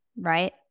right